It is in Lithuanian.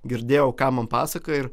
girdėjau ką man pasakoja ir